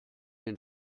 den